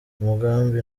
umugambi